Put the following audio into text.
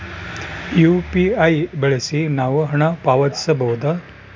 UPI ಬಳಸಿ ನಾವು ಹಣ ಪಾವತಿಸಬಹುದಾ?